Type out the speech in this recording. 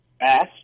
Ask